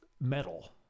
metal